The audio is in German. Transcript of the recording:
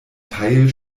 teil